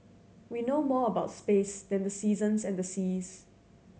we know more about space than the seasons and the seas